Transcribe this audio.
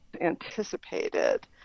anticipated